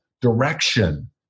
direction